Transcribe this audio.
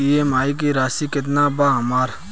EMI की राशि केतना बा हमर?